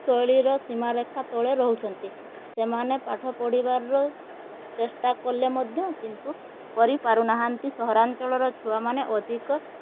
ଶୈଳୀର ସୀମାରେଖା ତଳେ ରହୁଛନ୍ତି ସେମାନେ ପାଠ ପଢ଼ିବାର ଚେଷ୍ଟା କଲେ ମଧ୍ୟ କିନ୍ତୁ କରିପାରୁନାହାଁନ୍ତି ସହରାଞ୍ଚଳର ଛୁଆମାନେ ଅଧିକ